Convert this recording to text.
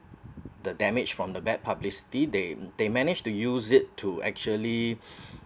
the damage from the bad publicity they they manage to use it to actually